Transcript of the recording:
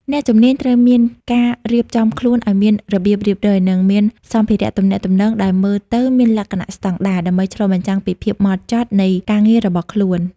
អ្នកជំនាញត្រូវតែមានការរៀបចំខ្លួនឱ្យមានរបៀបរៀបរយ និងមានសម្ភារៈទំនាក់ទំនងដែលមើលទៅមានលក្ខណៈស្តង់ដារ ដើម្បីឆ្លុះបញ្ចាំងពីភាពហ្មត់ចត់នៃការងាររបស់ខ្លួន។